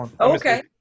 Okay